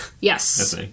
Yes